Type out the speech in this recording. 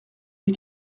des